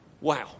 Wow